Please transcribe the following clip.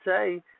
say